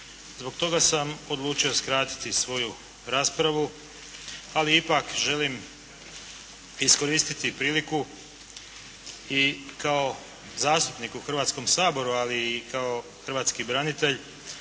Zbog toga sam odlučio skratiti svoju raspravu ali ipak želim iskoristiti priliku i kao zastupnik u Hrvatskom saboru ali i hrvatski branitelj